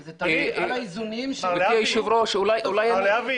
זה תלוי באיזונים --- מר להבי, לא נעים לי,